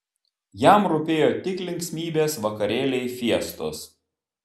jam rūpėjo tik linksmybės vakarėliai fiestos